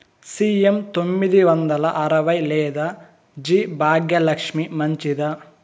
CM తొమ్మిది వందల అరవై లేదా జి భాగ్యలక్ష్మి మంచిదా?